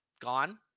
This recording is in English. gone